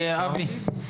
אבי.